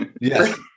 Yes